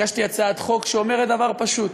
הגשתי הצעת חוק שאומרת דבר פשוט: